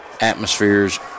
atmospheres